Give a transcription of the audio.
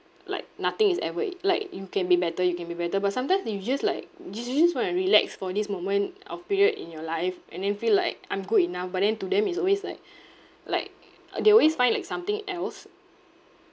like nothing is ever it like you can be better you can be better but sometimes you just like you ju~ just want to relax for this moment of period in your life and then feel like I'm good enough but then to them is always like like they always find like something else